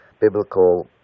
biblical